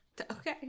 Okay